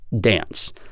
dance